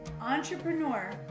entrepreneur